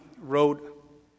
wrote